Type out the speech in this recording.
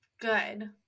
good